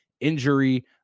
injury